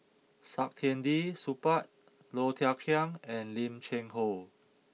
Saktiandi Supaat Low Thia Khiang and Lim Cheng Hoe